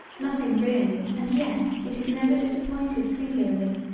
nothing really and yet it is never disappointed singularly.